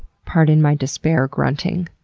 pardon my despair grunting.